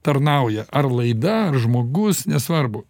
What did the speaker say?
tarnauja ar laida ar žmogus nesvarbu